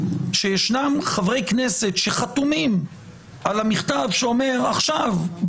שיש חברי כנסת שחתומים על המכתב שאומר: עכשיו,